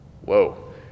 Whoa